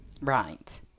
Right